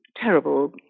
terrible